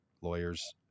lawyers